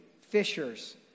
fishers